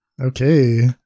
okay